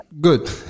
good